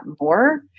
more